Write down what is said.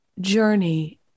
journey